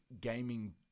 gaming